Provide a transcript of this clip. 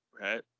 right